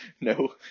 no